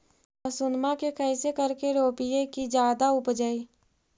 लहसूनमा के कैसे करके रोपीय की जादा उपजई?